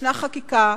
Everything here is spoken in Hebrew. ישנה חקיקה,